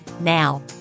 Now